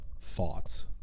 thoughts